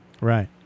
Right